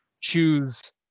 choose